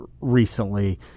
recently